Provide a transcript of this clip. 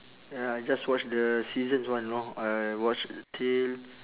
ya I just watch the seasons one know I watch till